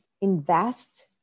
invest